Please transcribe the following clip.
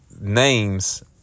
names